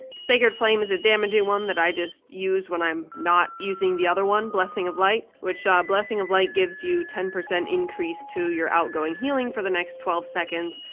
sacred flame is a damaging one that i just use when i'm not using the other one, blessing of light, which ah blessing of light gives you ten percent increase to your outgoing healing for the next twelve seconds.